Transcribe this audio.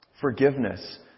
forgiveness